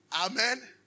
Amen